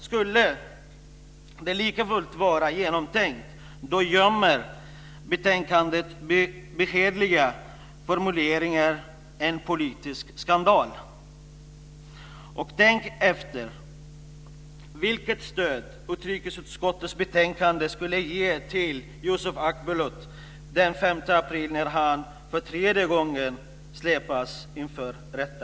Skulle det likafullt vara genomtänkt gömmer betänkandets beskedliga formuleringar en politisk skandal. Tänk efter vilket stöd utrikesutskottets betänkande skulle ge Yusuf Akbulut när han den 5 april för tredje gången släpas inför rätta.